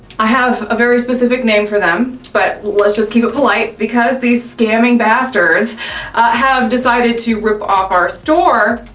i have a very specific name for them, but let's just keep it polite because these scamming bastards have decided to rip off our store,